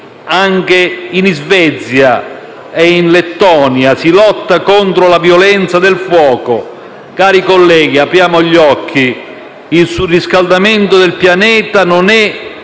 anche in Svezia e in Lettonia si lotta contro la violenza del fuoco. Cari colleghi, apriamo gli occhi: il surriscaldamento del pianeta non è